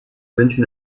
wünsche